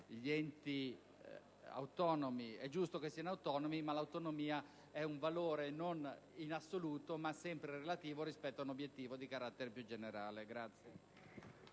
Gli enti autonomi è giusto che siano autonomi, ma l'autonomia è un valore non in assoluto, ma sempre relativo rispetto ad un obiettivo di carattere più generale. Il